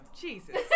Jesus